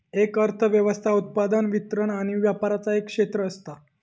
एक अर्थ व्यवस्था उत्पादन, वितरण आणि व्यापराचा एक क्षेत्र असता